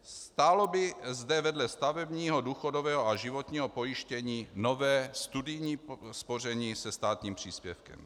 Stálo by zde vedle stavebního důchodového a životního pojištění nové studijní spoření se státním příspěvkem.